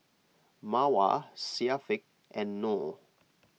Mawar Syafiq and Noh